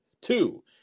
Two